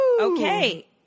Okay